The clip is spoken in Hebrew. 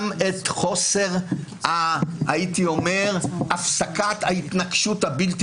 הראיתי את חוסר המוסריות וגם את חוסר הפסקת ההתנגשות הבלתי